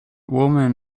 woman